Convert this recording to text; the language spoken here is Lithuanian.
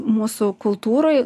mūsų kultūroj